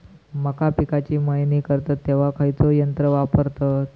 मका पिकाची मळणी करतत तेव्हा खैयचो यंत्र वापरतत?